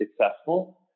successful